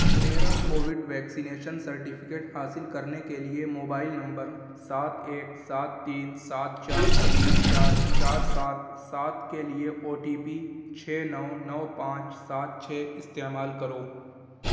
میرا covid vaccination certificate حاصل کرنے کے لیے موبائل نمبر سات ایک سات تین سات چار تین چار چار سات سات کے لیے او ٹی پی چھ نو نو پانچ سات چھ استعمال کرو